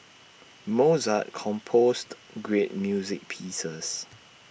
Mozart composed great music pieces